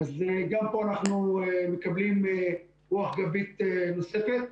אז גם פה אנחנו מקבלים רוח גבית נוספת.